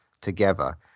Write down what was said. together